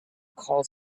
calls